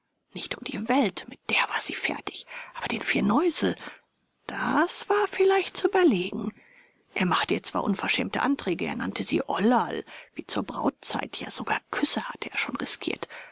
nicht um die welt mit der war sie fertig aber den firneusel das war vielleicht zu überlegen er machte ihr zwar unverschämte anträge er nannte sie ollerl wie zur brautzeit ja sogar küsse hatte er schon riskiert